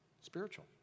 spiritual